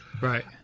right